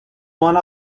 one